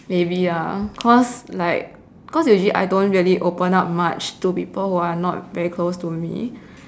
maybe ah cause like usually I don't really open up much to people who are not very close to me